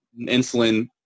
insulin